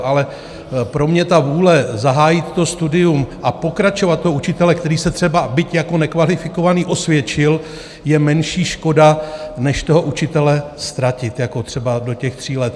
Ale pro mě vůle zahájit studium a pokračovat toho učitele, který se třeba, byť jako nekvalifikovaný osvědčil, je menší škoda než toho učitele ztratit třeba do těch tří let.